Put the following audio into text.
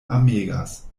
amegas